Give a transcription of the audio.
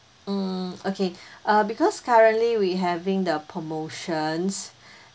mm okay uh because currently we having the promotions